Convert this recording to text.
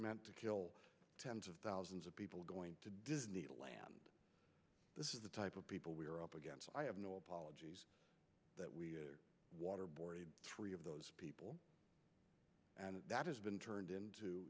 meant to kill tens of thousands of people going to disneyland this is the type of people we're up against i have no apologies that we waterboard three of those people that has been turned into